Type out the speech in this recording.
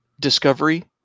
Discovery